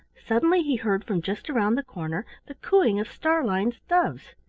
suddenly he heard from just around the corner the cooing of starlein's doves.